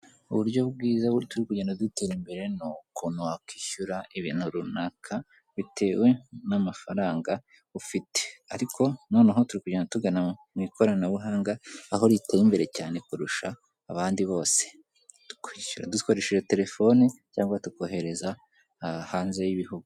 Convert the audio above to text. Uburyo bwiza ubu turi kugenda dutera imbere ni ukuntu wakwishyura ibintu runaka, bitewe n'amafaranga ufite. Ariko noneho turi kugenda tugana mu ikoranabuhanga, aho riteye imbere cyane kurusha abandi bose, twishyura dukoresheje telefone cyangwa tukohereza hanze y'ibihugu.